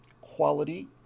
quality